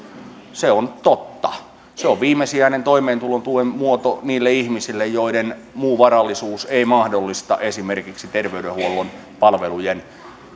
se on totta se on viimesijainen toimeentulon muoto niille ihmisille joiden muu varallisuus ei mahdollista esimerkiksi terveydenhuollon palvelujen